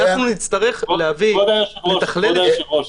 נצטרך --- כבוד היושב-ראש,